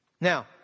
Now